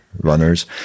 runners